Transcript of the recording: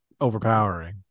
overpowering